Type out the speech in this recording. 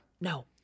no